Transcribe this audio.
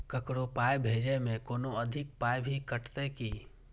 ककरो पाय भेजै मे कोनो अधिक पाय भी कटतै की?